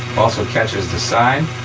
also catches the side.